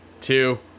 two